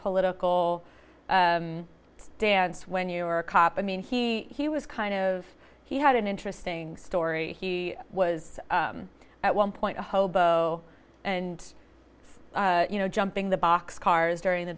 political stance when you were a cop mean he he was kind of he had an interesting story he was at one point a hobo and you know jumping the box cars during the